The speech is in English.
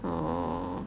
orh